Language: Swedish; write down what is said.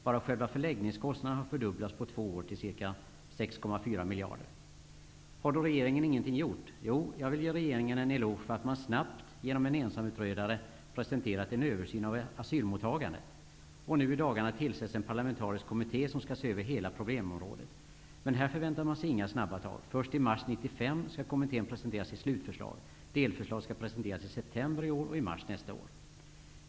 Bara själva förläggningskostnaderna har fördubblats på två år till ca 6,4 miljarder. Har då regeringen ingenting gjort? Jo, jag vill ge regeringen en eloge för att man snabbt -- med hjälp av en ensamutredare -- presenterat en över syn av asylmottagandet. Nu i dagarna tillsätts en parlamentarisk kommitté som skall se över hela problemområdet. Men här förväntar man sig inga snabba tag. Först i mars 1995 skall kommittén presentera sitt slutförslag. Delförslag skall pre senteras i september i år och i mars nästa år.